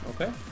Okay